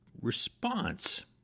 response